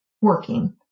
working